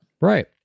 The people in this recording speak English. Right